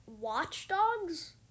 Watchdogs